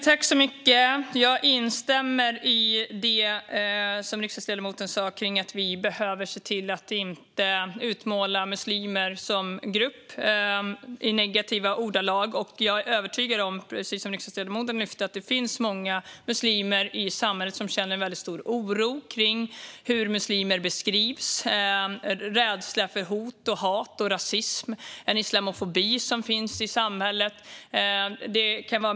Herr ålderspresident! Jag instämmer i det som riksdagsledamoten sa om att vi behöver se till att inte utmåla muslimer som grupp i negativa ordalag. Jag är övertygad om, precis som riksdagsledamoten lyfte fram, att det finns många muslimer i samhället som känner en stor oro när det gäller hur muslimer beskrivs. Det finns en rädsla för hot, hat, rasism och den islamofobi som finns i samhället.